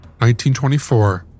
1924